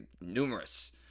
numerous